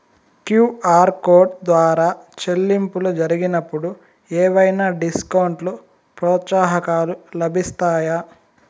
QR code ద్వారా చెల్లింపులు జరిగినప్పుడు ఏవైనా డిస్కౌంట్ లు, ప్రోత్సాహకాలు లభిస్తాయా?